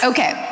Okay